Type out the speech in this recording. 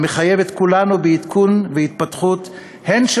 המחייב את כולנו בעדכון והתפתחות הן של